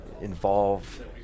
involve